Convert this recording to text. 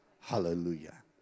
Hallelujah